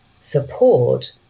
support